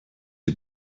you